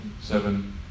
seven